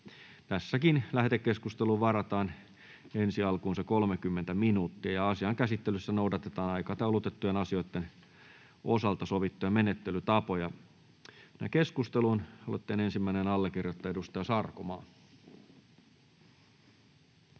Lähetekeskusteluun varataan enintään 30 minuuttia. Asian käsittelyssä noudatetaan aikataulutettujen asioiden osalta sovittuja menettelytapoja. — Mennään keskusteluun. Aloitteen ensimmäinen allekirjoittaja, edustaja Aittakumpu.